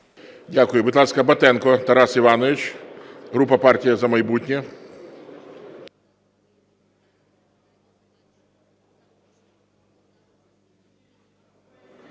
Дякую. Будь ласка, Батенко Тарас Іванович, група "Партія "За майбутнє".